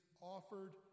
offered